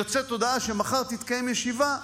יוצאת הודעה שמחר תתקיים ישיבה,